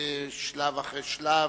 שלב אחרי שלב,